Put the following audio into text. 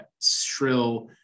shrill